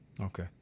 Okay